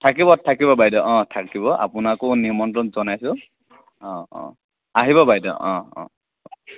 থাকিব থাকিব বাইদ' অ' থাকিব আপোনাকো নিমন্ত্ৰণ জনাইছোঁ অ' অ' আহিব বাইদ' অ' অ'